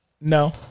No